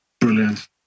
brilliant